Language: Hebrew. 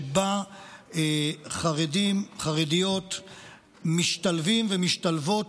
שבה חרדים וחרדיות משתלבים ומשתלבות